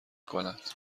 کند